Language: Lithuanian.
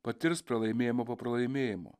patirs pralaimėjimą po pralaimėjimo